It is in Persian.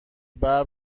ببر